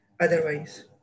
otherwise. (